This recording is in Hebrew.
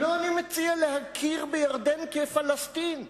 לא, אני מציע להכיר בירדן כפלסטין,